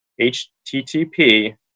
http